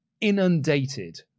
inundated